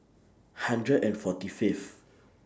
hundred and forty Fifth